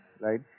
right